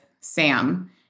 Sam